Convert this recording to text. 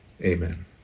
amen